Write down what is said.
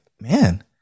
man